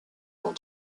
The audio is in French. dans